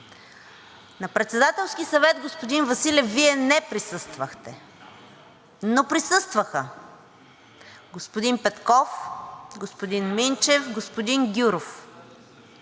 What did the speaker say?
На Председателския съвет, господин Василев, Вие не присъствахте, но присъстваха господин Петков, господин Минчев, господин Гюров.